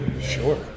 Sure